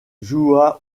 joua